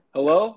Hello